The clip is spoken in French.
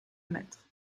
mètre